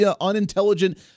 unintelligent